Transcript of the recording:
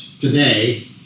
today